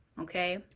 okay